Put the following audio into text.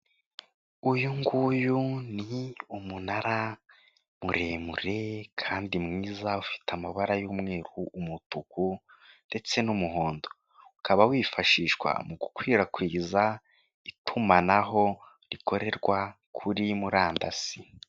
Uyu nguyu ni umunara muremure kandi mwiza, ufite amabara y'umweru, umutuku, ndetse n'umuhondo, ukaba wifashishwa mugukwirakwiza, itumanaho rikorerwa kuri murandasi.